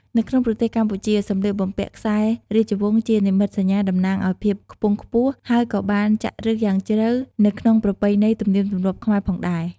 នៅក្នុងប្រទេសកម្ពុជា សម្លៀកបំពាក់ខ្សែរាជវង្សជានិមិត្តសញ្ញាតំណាងឱ្យភាពខ្ពង់ខ្ពស់ ហើយក៏បានចាក់ឬសយ៉ាងជ្រៅនៅក្នុងប្រពៃណីទំនៀមទម្លាប់ខ្មែរផងដែរ។